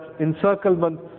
encirclement